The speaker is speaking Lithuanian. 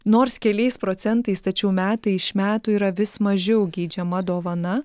nors keliais procentais tačiau metai iš metų yra vis mažiau geidžiama dovana